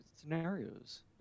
scenarios